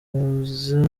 mvuze